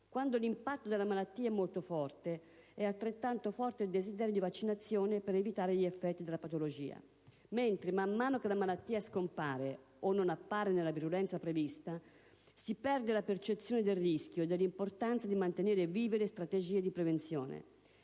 Quando l'impatto della malattia è molto forte, è altrettanto forte il desiderio di vaccinazione per evitare gli effetti della patologia, mentre, mano a mano che la malattia scompare, o non appare nella virulenza prevista, si perde la percezione del rischio e dell'importanza di mantenere vive le strategie di prevenzione.